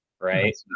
right